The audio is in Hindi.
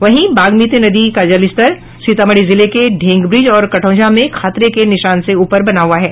वहीं बागमती नदी का जलस्तर सीतामढ़ी जिले के ढेंगब्रिज और कटौंझा में खतरे के निशान के ऊपर बना हुआ है